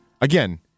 again